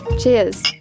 Cheers